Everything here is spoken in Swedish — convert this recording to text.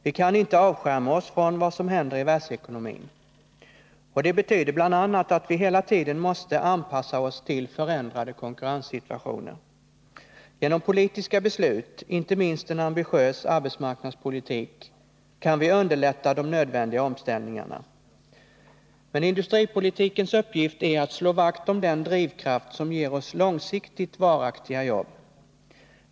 Vi kan inte avskärma oss från vad som händer i världsekonomin. Och det betyder bl.a. att vi hela tiden måste anpassa oss till förändrade konkurrenssituationer. Genom politiska beslut — inte minst genom en ambitiös arbetsmarknadspolitik — kan vi underlätta de nödvändiga omställningarna. Men industripolitikens uppgift är att slå vakt om den drivkraft som ger oss långsiktigt varaktiga jobb.